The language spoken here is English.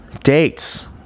dates